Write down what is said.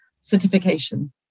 certification